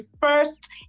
first